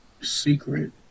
Secret